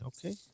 Okay